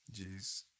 Jeez